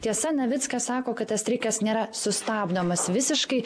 tiesa navickas sako kad tas streikas nėra sustabdomas visiškai